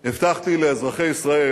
הבטחתי לאזרחי ישראל